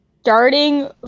Starting